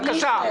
בבקשה.